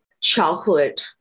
childhood